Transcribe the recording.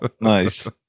Nice